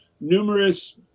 numerous